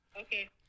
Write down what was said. Okay